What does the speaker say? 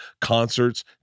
concerts